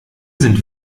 sind